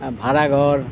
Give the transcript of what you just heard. ভাৰা ঘৰ